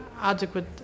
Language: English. adequate